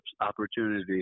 opportunity